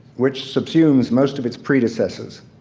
which subsumes most of its predecessors,